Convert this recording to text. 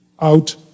out